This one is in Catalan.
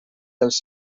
dels